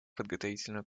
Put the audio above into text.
подготовительного